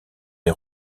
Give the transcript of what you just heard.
est